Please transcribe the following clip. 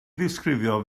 ddisgrifio